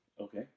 Okay